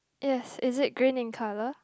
yes is it green in color